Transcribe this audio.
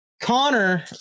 connor